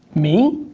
me?